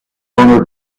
owner